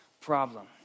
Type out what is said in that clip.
problem